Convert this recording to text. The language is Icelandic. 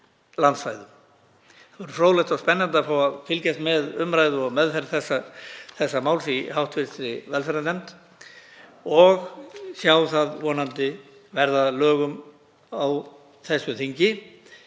Það verður fróðlegt og spennandi að fá að fylgjast með umræðu og meðferð þessa máls í hv. velferðarnefnd og sjá það vonandi verða að lögum á þessu þingi.